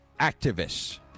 activists